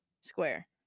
square